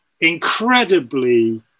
incredibly